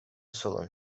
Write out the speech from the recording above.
solan